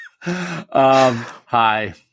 Hi